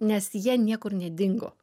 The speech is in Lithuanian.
nes jie niekur nedingo